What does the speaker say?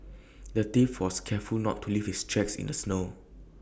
the thief was careful to not leave his tracks in the snow